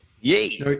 Yay